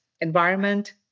environment